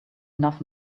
enough